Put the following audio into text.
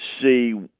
see